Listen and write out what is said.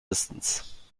distance